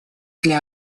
для